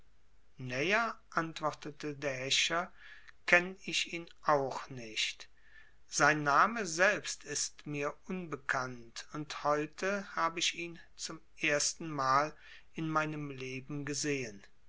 näher antwortete der häscher kenn ich ihn auch nicht sein name selbst ist mir unbekannt und heute hab ich ihn zum erstenmal in meinem leben gesehen